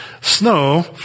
snow